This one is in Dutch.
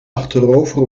achterover